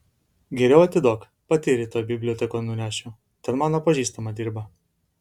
geriau atiduok pati rytoj bibliotekon nunešiu ten mano pažįstama dirba